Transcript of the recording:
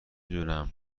دونم